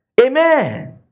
Amen